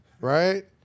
Right